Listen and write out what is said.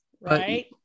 Right